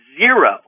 zero